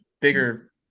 bigger